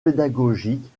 pédagogique